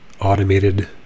automated